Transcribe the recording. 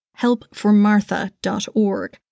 helpformartha.org